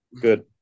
Good